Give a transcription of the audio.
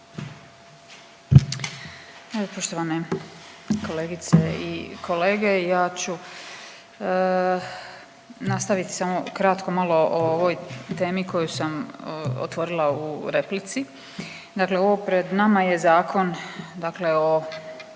poštovane kolegice i kolege ja ću nastaviti samo kratko malo o ovoj temi koju sam otvorila u replici. Dakle, ovo pred nama je zakon